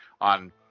on